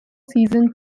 season